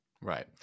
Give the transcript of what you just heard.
Right